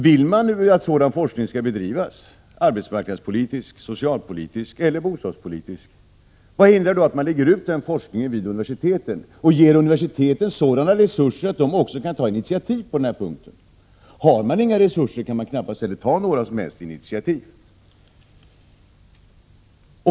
Vill man att en sådan forskning skall bedrivas, vare sig den är arbetsmarknadspolitisk, socialpolitisk eller bostadspolitisk, vad hindrar då att man lägger ut den forskningen vid universiteten och ger universiteten sådana resurser att de också kan ta initiativ på den här punkten? Har man inga resurser kan man knappast ta några som helst initiativ.